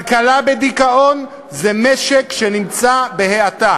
כלכלה בדיכאון זה משק שנמצא בהאטה.